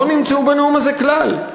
לא נמצאו בנאום הזה כלל.